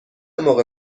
موقع